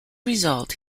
result